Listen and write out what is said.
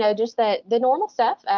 so just the the normal stuff,